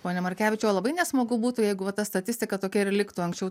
pone markevičiau o labai nesmagu būtų jeigu va ta statistika tokia ir liktų anksčiau